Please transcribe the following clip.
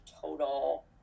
total